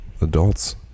adults